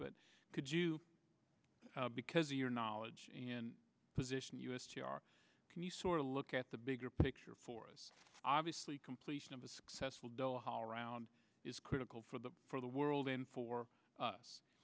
but could you because of your knowledge and position u s t r can you sort of look at the bigger picture for us obviously completion of a successful doha round is critical for the for the world and for us